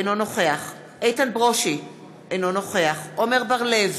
אינו נוכח איתן ברושי, אינו נוכח עמר בר-לב,